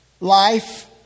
life